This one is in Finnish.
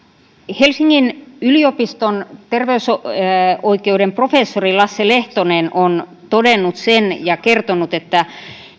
helsingin yliopiston terveysoikeuden professori lasse lehtonen on todennut ja kertonut sen että